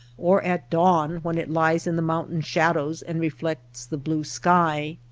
or at dawn when it lies in the mountain shadows and re flects the blue sky.